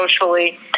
socially